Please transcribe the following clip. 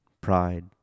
pride